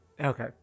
Okay